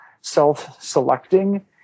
self-selecting